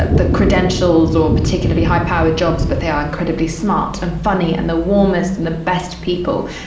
ah the credentials or particularly high powered jobs, but they are incredibly smart and funny and the warmest and the best people.